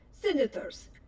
Senators